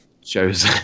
shows